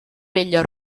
vella